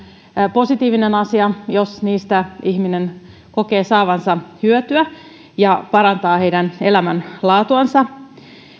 positiivinen asia jos niistä ihminen kokee saavansa hyötyä ja jos ne parantavat hänen elämänlaatuansa